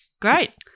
Great